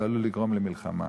זה עלול לגרום למלחמה.